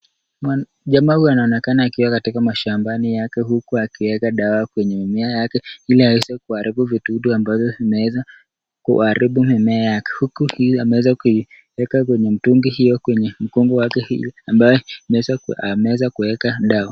Jamaa huyu anaonekana akiwa katika mashambani yake huku akiweka dawa kwenye mimea yake, ili aweze kuharibu vidudu ambavyo vimeweza kuharibu mimea yake. Huku hii ameweza kuiweka kwenye mtungi hiyo kwenye mgongo wake, ili ambayo ameweza kuiweka dawa.